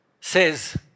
says